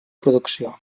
producció